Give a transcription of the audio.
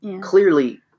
clearly